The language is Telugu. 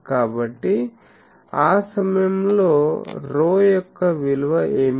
కాబట్టి ఆ సమయంలో ρ యొక్క విలువ ఏమిటి